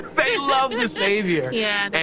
they love the savior! yeah, they